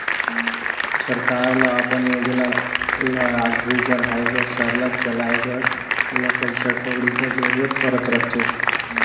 सरकार ल अपन योजना ल आघु बढ़ाए बर सरलग चलाए बर ओला पइसा कउड़ी कर जरूरत परत रहथे